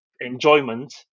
enjoyment